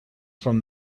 from